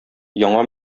яңа